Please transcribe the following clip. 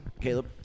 Caleb